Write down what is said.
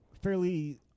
Fairly